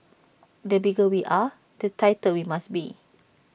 the bigger we are the tighter we must be